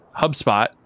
HubSpot